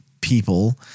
people